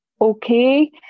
okay